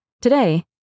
Today